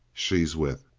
she's with.